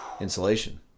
insulation